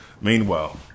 Meanwhile